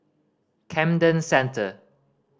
Camden Centre